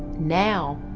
now,